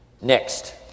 Next